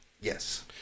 Yes